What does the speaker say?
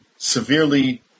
severely